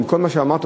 כל מה שאמרת,